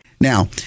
Now